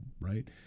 right